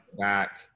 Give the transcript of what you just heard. back